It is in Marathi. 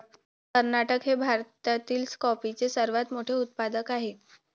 कर्नाटक हे भारतातील कॉफीचे सर्वात मोठे उत्पादक आहे